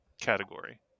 category